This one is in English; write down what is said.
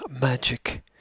magic